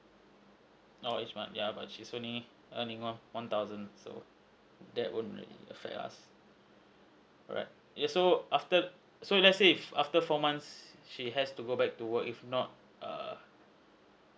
no it's fine yeah but she's earning earning of one thousand so that won't really affect us alright err so after so let's say if after four month she has to go back to work if not err